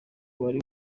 wari